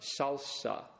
salsa